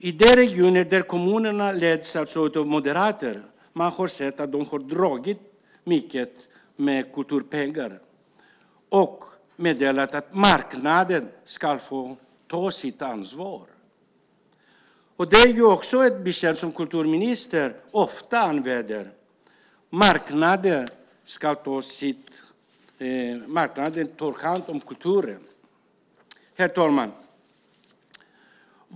I de regioner där kommunerna leds av moderater har man sett att de har dragit ned mycket på kulturpengar och meddelat att marknaden ska ta sitt ansvar. Det är också ett besked som kulturministern ofta använder: Marknaden ska ta hand om kulturen. Herr talman!